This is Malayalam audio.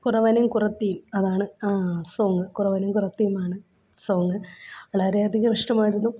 കുറവനും കുറുവത്തിയും അതാണ് ആ സോങ് കുറവനും കുറത്തിയുമാണ് സോങ് വളരെയധികം ഇഷ്ടമായിരുന്നു